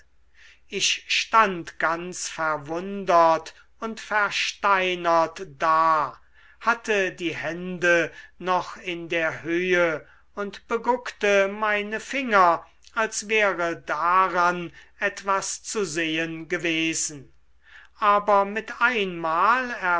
ich stand ganz verwundert und versteinert da hatte die hände noch in der höhe und beguckte meine finger als wäre daran etwas zu sehen gewesen aber mit einmal